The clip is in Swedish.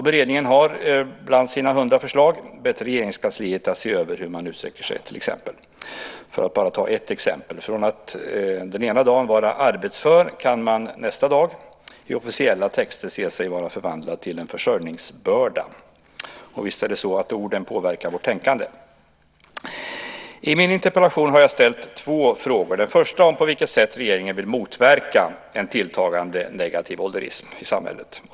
Beredningen har bland sina hundra förslag bett Regeringskansliet att se över hur man uttrycker sig - för att bara ta ett exempel. Från att ena dagen vara arbetsför kan man nästa dag i officiella texter se sig vara förvandlad till en försörjningsbörda. Visst påverkar orden vårt tänkande. I min interpellation har jag ställt frågor. Den första är på vilket sätt regeringen vill motverka en tilltagande negativ "ålderism" i samhället.